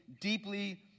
deeply